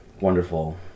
wonderful